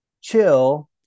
chill